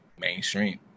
mainstream